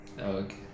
Okay